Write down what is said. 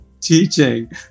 Teaching